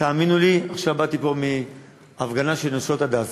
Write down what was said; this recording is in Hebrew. תאמינו לי, עכשיו באתי מהפגנה של "נשות הדסה",